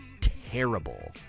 terrible